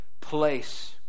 place